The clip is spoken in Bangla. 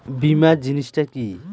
বীমা জিনিস টা কি?